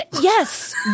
Yes